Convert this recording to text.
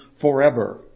forever